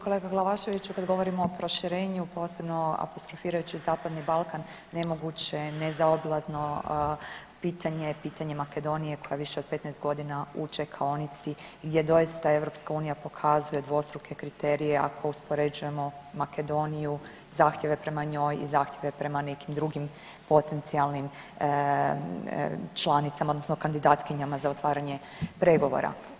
Kolega Glavaševiću kad govorimo o proširenju posebno apostrofirajući zapadni Balkan nemoguće je nezaobilazno pitanje, pitanje Makedonije koja više od 15 godina u čekaonici gdje doista EU pokazuje dvostruke kriterije ako uspoređujemo Makedoniju zahtjeve prema njoj i zahtjeve prema nekim drugim potencijalnim članicama, odnosno kandidatkinjama za otvaranje pregovora.